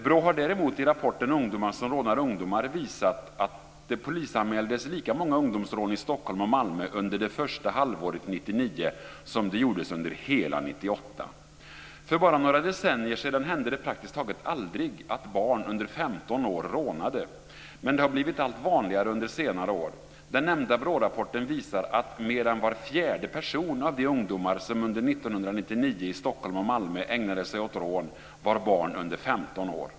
BRÅ har däremot i rapporten Ungdomar som rånar ungdomar visat att det polisanmäldes lika många ungdomsrån i Stockholm och Malmö under det första halvåret 1999 som under hela 1998. För bara några decennier sedan hände det praktiskt taget aldrig att barn under 15 år rånade. Men det har blivit allt vanligare under senare år. Den nämnda BRÅ-rapporten visar att mer än var fjärde person av de ungdomar som under 1999 i Stockholm och Malmö ägnade sig åt rån var barn under 15 år.